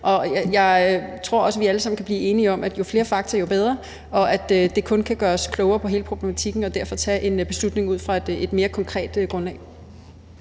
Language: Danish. Jeg tror også, at vi alle sammen kan blive enige om, at jo flere fakta, jo bedre, og at det kun kan gøre os klogere på hele problematikken, så vi derfor kan tage en beslutning ud fra et mere konkret grundlag.